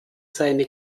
seine